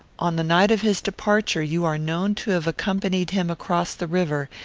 on the night of his departure you are known to have accompanied him across the river,